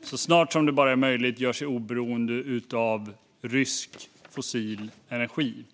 så snart som det bara är möjligt gör sig oberoende av rysk fossil energi.